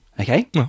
Okay